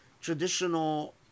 traditional